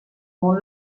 món